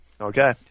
okay